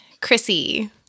Chrissy